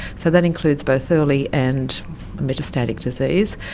so that includes both early and metastatic disease.